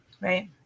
right